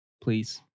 please